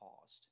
paused